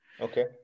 okay